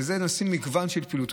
ובזה עושים מגוון של פעילות.